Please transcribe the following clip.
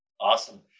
Awesome